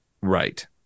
Right